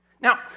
Now